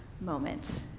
moment